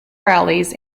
rallies